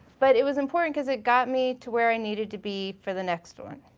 but it was important cause it got me to where i needed to be for the next one.